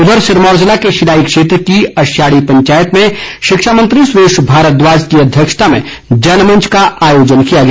उधर सिरमौर जिले के शिलाई क्षेत्र की अश्याडी पंचायत में शिक्षामंत्री सुरेश भारद्वाज की अध्यक्षता में जनमंच का आयोजन किया गया